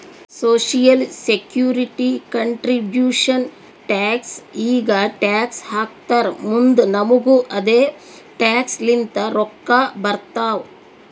social security contribution tax ಈಗ tax ಹಾಕ್ತಾರ್ ಮುಂದ್ ನಮುಗು ಅದೆ ಟ್ಯಾಕ್ಸ್ ಲಿಂತ ರೊಕ್ಕಾ ಬರ್ತಾವ್